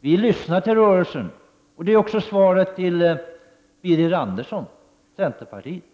Vi lyssnar till rörelsen. Detta blir också svaret till Birger Andersson från centerpartiet.